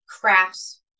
Crafts